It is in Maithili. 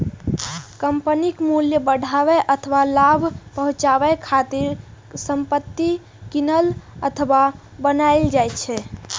कंपनीक मूल्य बढ़ाबै अथवा लाभ पहुंचाबै खातिर संपत्ति कीनल अथवा बनाएल जाइ छै